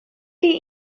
chi